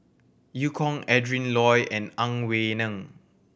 Eu Kong Adrin Loi and Ang Wei Neng